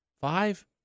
five